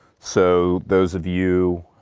so those of you,